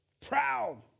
Proud